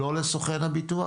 לא לסוכן הביטוח?